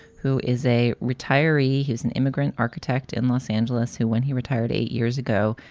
who is a retiree who's an immigrant architect in los angeles, who, when he retired eight years ago,